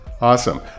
Awesome